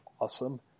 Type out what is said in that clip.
awesome